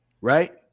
Right